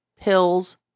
pills